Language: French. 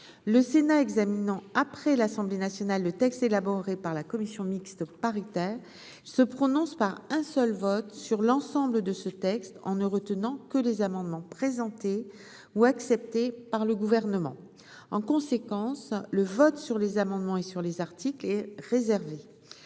le Sénat examinant après l'Assemblée nationale, le texte élaboré par la commission mixte. Paris-se prononce par un seul vote sur l'ensemble de ce texte, en ne retenant que les amendements présentés ou accepté par le gouvernement, en conséquence, le vote sur les amendements et sur les articles est réservée,